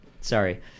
Sorry